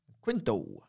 Quinto